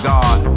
God